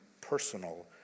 personal